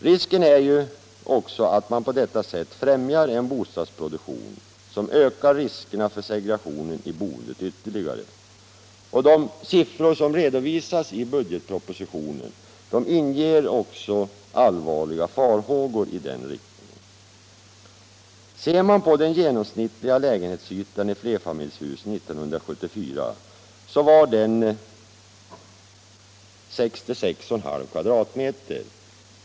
Risken är också att man på det sättet främjar en bostadsproduktion som ökar riskerna för segregation i boendet ytterligare. De siffror som redovisas i budgetpropositionen inger också allvarliga farhågor i den riktningen. Den genomsnittliga lägenhetsytan i flerfamiljshus var 1974 66,5 m?